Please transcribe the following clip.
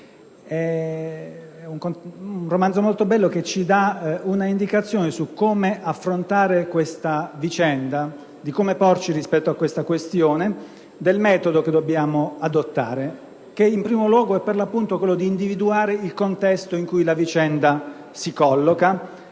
un romanzo molto bello, che ci dà un'indicazione su come affrontare questa vicenda, su come porci rispetto a tale questione e sul metodo che dobbiamo adottare. Il metodo è, in primo luogo e per l'appunto, quello di individuare il contesto in cui la vicenda si colloca.